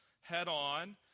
head-on